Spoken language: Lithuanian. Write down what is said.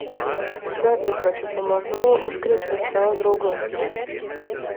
šiuo įpročiu pamažu užkrečiu ir savo draugus